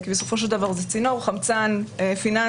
כי בסופו של דבר זה צינור חמצן פיננסי